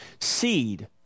seed